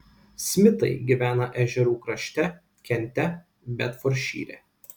smitai gyvena ežerų krašte kente bedfordšyre